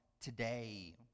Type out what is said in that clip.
today